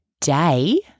day